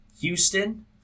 Houston